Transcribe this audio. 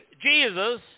Jesus